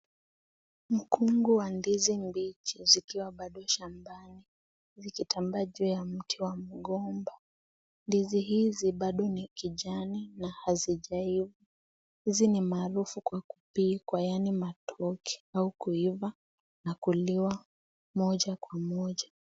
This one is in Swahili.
Mkungu wa ndizi mbichi zikiwa bado shambani, zikitambaa juu ya mti wa mgomba. Ndizi hizi bado ni kijana na hazijaiva. Hizi ni maarufu kwa kupikwa yaani matoke au kuiva, na kuliwa moja kwa moja.